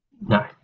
No